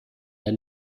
der